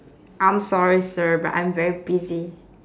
I'm sorry sir but I'm very busy